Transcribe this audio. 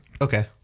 Okay